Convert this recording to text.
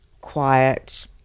quiet